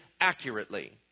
accurately